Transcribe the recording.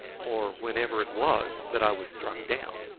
or whenever it was that i was struck down.